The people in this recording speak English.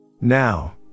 Now